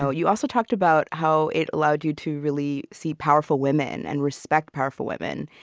so you also talked about how it allowed you to really see powerful women and respect powerful women,